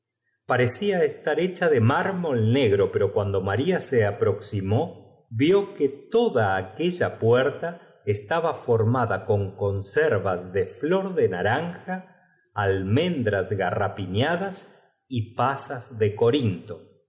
parecia esta hecha tüt de mármol negro pero cuando mal'i so j jl aproximó ió que toda aquella puetta estaba formada con conservas de flor de naranja almendras garapiñadas y pasas de cotinto por lo